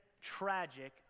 tragic